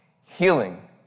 healing